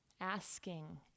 asking